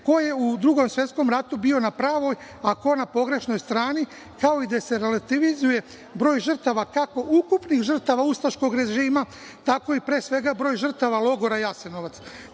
ko je u Drugom svetskom ratu bio na pravoj, a ko na pogrešnoj stranki, kao i da se relativizuje broj žrtava, kako ukupnih žrtava ustaškog režima, tako i, pre svega, broj žrtava logora „Jasenovac“.Koliko